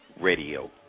Radio